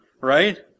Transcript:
right